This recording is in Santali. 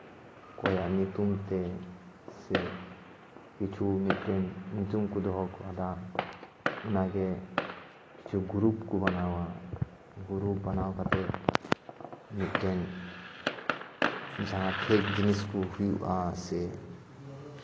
ᱚᱠᱚᱭᱟᱜ ᱧᱩᱛᱩᱢ ᱛᱮ ᱥᱮ ᱠᱤᱪᱷᱩ ᱢᱤᱫᱴᱮᱱ ᱧᱩᱛᱩᱢ ᱠᱚ ᱫᱚᱦᱚ ᱠᱟᱫᱟ ᱚᱱᱟᱜᱮ ᱠᱤᱪᱷᱩ ᱜᱨᱩᱯ ᱠᱚ ᱵᱮᱱᱟᱣᱟ ᱜᱨᱩᱯᱷ ᱵᱮᱱᱟᱣ ᱠᱟᱛᱮᱫ ᱢᱤᱫᱴᱮᱱ ᱡᱟᱦᱟᱸ ᱯᱷᱮᱠ ᱡᱤᱱᱤᱥ ᱠᱚ ᱦᱩᱭᱩᱜᱼᱟ ᱥᱮ